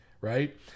right